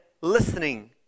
listening